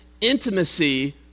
intimacy